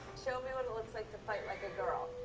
show me what it looks like to fight like a girl.